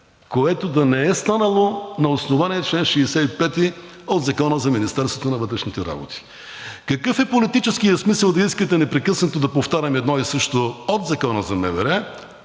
който да не е станал на основание чл. 65 от Закона за Министерството на вътрешните работи. Какъв е политическият смисъл да искате непрекъснато да повтарям едно и също от Закона за МВР,